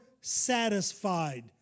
satisfied